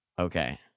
Okay